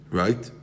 right